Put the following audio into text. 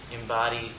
embody